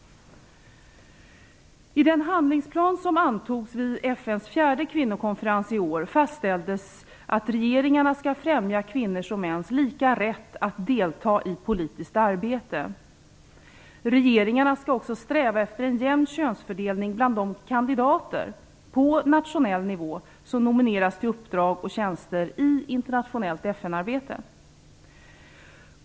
I den handlingsplan som antogs vid FN:s fjärde kvinnokonferens i år fastställdes att regeringarna skall främja kvinnors och mäns lika rätt att delta i politiskt arbete. Regeringarna skall också sträva efter en jämn könsfördelning bland de kandidater på nationell nivå som nomineras till uppdrag och tjänster i internationellt FN-arbete.